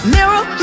Mirror